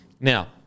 now